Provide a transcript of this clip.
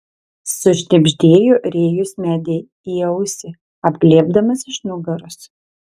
sušnibždėjo rėjus medei į ausį apglėbdamas iš nugaros